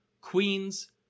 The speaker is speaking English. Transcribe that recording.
Queens